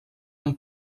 amb